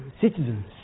citizens